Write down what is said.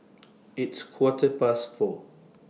its Quarter Past four